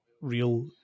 real